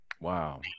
Wow